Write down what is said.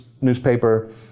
newspaper